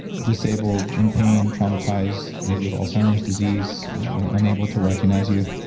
disabled, in pain traumatized, maybe with alzheimer's disease you know unable to recognize you,